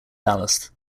ballast